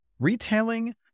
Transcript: retailing